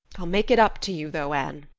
i'll make it up to you though, anne.